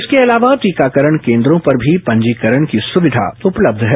इसके अलावा टीकाकरण केन्द्रों पर भी पंजीकरण की सुविधा उपलब्ध है